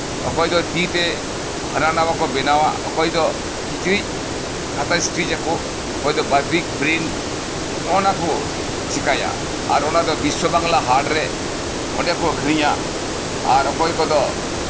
ᱚᱠᱚᱭ ᱫᱚ ᱛᱤᱛᱮ ᱦᱟᱱᱟ ᱱᱟᱶᱟ ᱠᱚ ᱵᱮᱱᱟᱣᱟ ᱚᱠᱚᱭ ᱫᱚ ᱠᱤᱪᱨᱤᱡ ᱠᱟᱛᱷᱟ ᱤᱥᱴᱤᱡᱽ ᱟᱠᱚ ᱚᱠᱚᱭ ᱫᱚ ᱵᱟᱴᱤ ᱯᱨᱤᱱᱴ ᱱᱚᱜ ᱚᱭ ᱱᱚᱶᱟ ᱠᱚ ᱪᱤᱠᱟᱹᱭᱟ ᱚᱱᱟᱫᱚ ᱵᱤᱥᱥᱚ ᱵᱟᱝᱞᱟ ᱦᱟᱴᱨᱮ ᱚᱸᱰᱮ ᱠᱚ ᱟᱠᱷᱨᱤᱧᱟ ᱟᱨ ᱚᱠᱚᱭ ᱠᱚᱫᱚ